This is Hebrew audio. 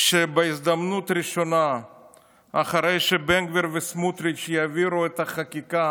בהזדמנות הראשונה אחרי שבן גביר וסמוטריץ' יעבירו את החקיקה